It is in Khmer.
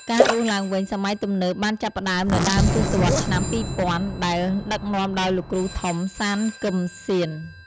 ការរស់ឡើងវិញសម័យទំនើបបានចាប់ផ្តើមនៅដើមទសវត្សរ៍ឆ្នាំ ២០០០ ដែលដឹកនាំដោយលោកគ្រូធំ សាន គឹមស៊ាន។